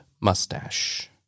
mustache